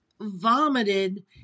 Vomited